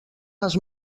les